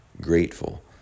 grateful